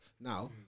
now